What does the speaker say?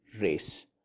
race